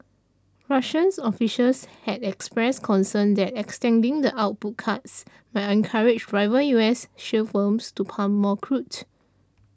Russian officials had expressed concern that extending the output cuts might encourage rival U S shale firms to pump more crude